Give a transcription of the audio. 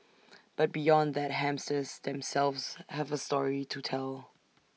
but beyond that hamsters themselves have A story to tell